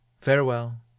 Farewell